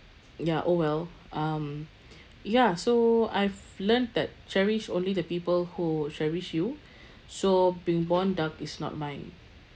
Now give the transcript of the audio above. ya oh well um ya so I've learnt that cherish only the people who cherish you so being born dark is not my